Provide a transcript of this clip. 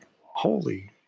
holy